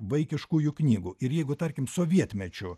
vaikiškųjų knygų ir jeigu tarkim sovietmečiu